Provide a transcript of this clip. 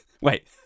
Wait